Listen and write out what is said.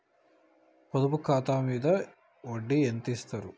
పొదుపు ఖాతా మీద వడ్డీ ఎంతిస్తరు?